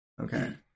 Okay